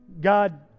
God